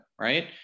Right